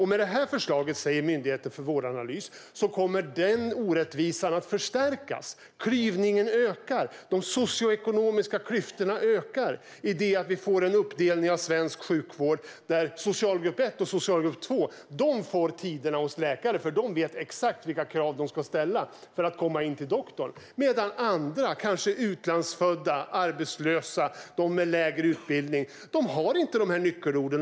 Myndigheten för vårdanalys säger att denna orättvisa kommer att förstärkas i och med detta förslag. Klyvningen ökar, och de socioekonomiska klyftorna ökar i det att vi får en uppdelning av svensk sjukvård där socialgrupp 1 och 2 får tiderna hos läkare. De vet ju exakt vilka krav de ska ställa för att få komma in till doktorn. Men andra, kanske utlandsfödda, arbetslösa och människor med lägre utbildning, har inte dessa nyckelord.